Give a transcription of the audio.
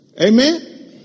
Amen